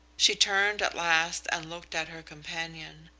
she turned at last and looked at her companion.